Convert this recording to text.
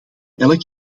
elk